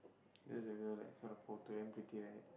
that's the girl I saw the photo damn pretty right